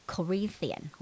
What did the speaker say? Corinthian